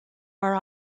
are